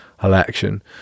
Election